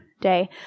day